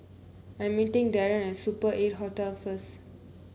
I'm meeting Darren at Super Eight Hotel first